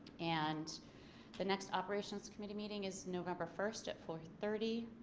and the next operations committee meeting is november first at four thirty.